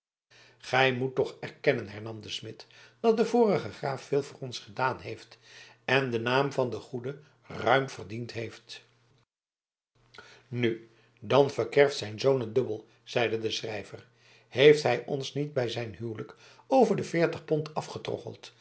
gij moet toch erkennen hernam de smid dat de vorige graaf veel voor ons gedaan heeft en den naam van den goeden ruim verdiend heeft nu dan verkerft zijn zoon het dubbel zeide de schrijver heeft hij ons niet bij zijn huwelijk over de veertig